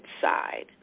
side